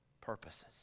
purposes